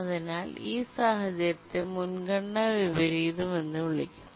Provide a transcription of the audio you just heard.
അതിനാൽ ഈ സാഹചര്യത്തെ മുൻഗണനാ വിപരീതം എന്ന് വിളിക്കുന്നു